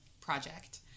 project